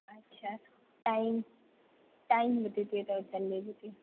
अच्छा time time बतैतिये तऽ ओतऽ लै जेतियै